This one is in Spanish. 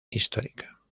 histórica